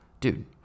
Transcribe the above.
dude